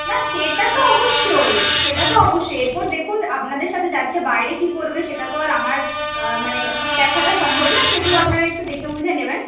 না সেটা তো অবশ্যই সেটা তো অবশ্যই এরপর দেখুন আপনাদের সাথে যাচ্ছে বাইরে কি করবে সেটা তো আর আমার মানে দেখাটা সম্ভব নয় সেগুলো আপনারা একটু দেখে বুঝে নেবেন